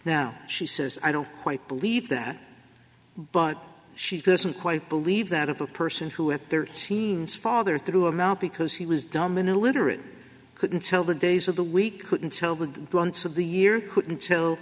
now she says i don't quite believe that but she doesn't quite believe that a person who had there seems father threw him out because he was dumb and illiterate couldn't tell the days of the week couldn't tell the grunts of the year couldn't tell